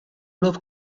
love